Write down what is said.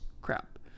crap